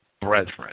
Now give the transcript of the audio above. brethren